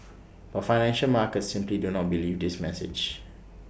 but financial markets simply do not believe this message